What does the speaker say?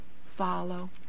follow